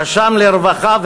נשם לרווחה,